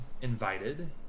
invited